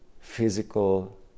physical